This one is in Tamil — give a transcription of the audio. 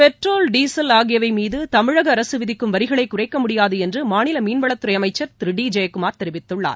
பெட்ரோல் டீசல் ஆகியவை மீது தமிழக அரசு விதிக்கும் வரிகளை குறைக்க முடியாது என்று மாநில மீன்வளத்துறை அமைச்சர் திரு டி ஜெயக்குமார் தெரிவித்துள்ளார்